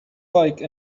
like